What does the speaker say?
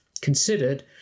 considered